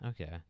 Okay